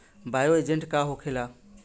Bio agent का होखेला?